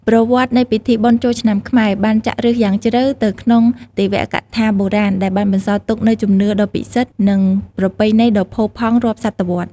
ប្រវត្តិនៃពិធីបុណ្យចូលឆ្នាំខ្មែរបានចាក់ឫសយ៉ាងជ្រៅទៅក្នុងទេវកថាបុរាណ ដែលបានបន្សល់ទុកនូវជំនឿដ៏ពិសិដ្ឋ និងប្រពៃណីដ៏ផូរផង់រាប់សតវត្សរ៍។